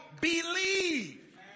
believe